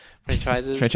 franchises